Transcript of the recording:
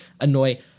annoy